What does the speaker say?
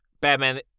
Batman